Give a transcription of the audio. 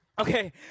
okay